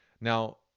Now